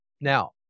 Now